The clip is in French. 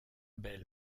belle